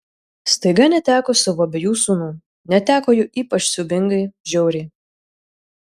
staiga neteko savo abiejų sūnų neteko jų ypač siaubingai žiauriai